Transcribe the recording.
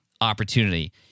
Opportunity